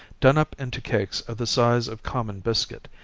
done up into cakes of the size of common biscuit,